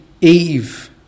Eve